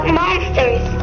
monsters